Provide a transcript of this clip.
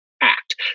act